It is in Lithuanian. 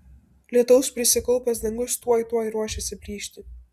lietaus prisikaupęs dangus tuoj tuoj ruošėsi plyšti